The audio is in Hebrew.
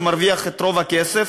שמרוויח את רוב הכסף,